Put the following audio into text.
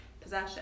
possession